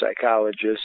psychologist